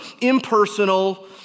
impersonal